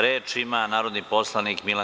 Reč ima narodni poslanik Milan